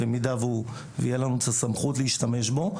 אם ותהיה לנו הסמכות להשתמש בו.